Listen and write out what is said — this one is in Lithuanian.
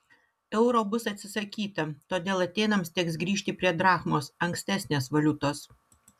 euro bus atsisakyta todėl atėnams teks grįžti prie drachmos ankstesnės valiutos